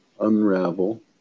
unravel